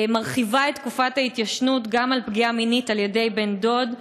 מרחיבה את תקופת ההתיישנות גם בפגיעה מינית על-ידי בן-דוד,